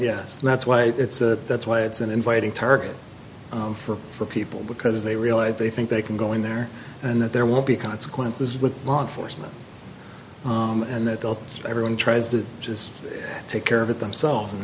yes that's why it's that's why it's an inviting target for for people because they realize they think they can go in there and that there will be consequences with law enforcement and that they'll everyone tries to just take care of it themselves and